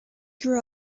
grew